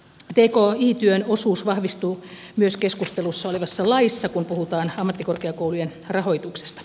tki työn osuus vahvistuu myös keskustelussa olevassa laissa kun puhutaan ammattikorkeakoulujen rahoituksesta